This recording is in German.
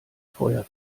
feuer